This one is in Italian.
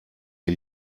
che